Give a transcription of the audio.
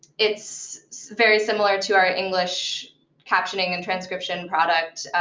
it's very similar to our english captioning and transcription product,